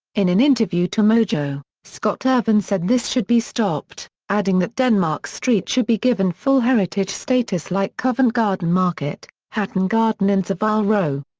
in an interview to mojo, scott-irvine said this should be stopped, adding that denmark street should be given full heritage status like covent garden market, hatton garden and savile row.